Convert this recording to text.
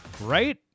Right